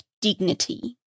dignity